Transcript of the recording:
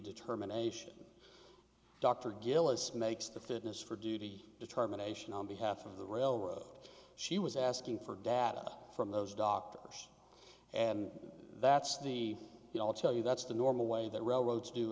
determination dr gillis makes the fitness for duty determination on behalf of the railroad she was asking for data from those doctors and that's the you know i'll tell you that's the normal way that railroads do